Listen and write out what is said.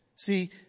See